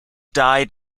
died